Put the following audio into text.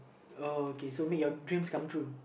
uh okay so make your dreams come true